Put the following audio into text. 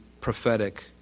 prophetic